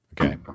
Okay